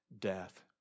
death